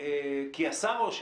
כי עשה רושם,